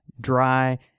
dry